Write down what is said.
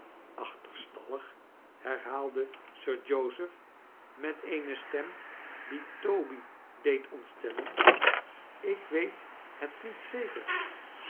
achterstallig i herhaalde sir joseph met eene stem die toby deed ontstellen ik weet het niet zeker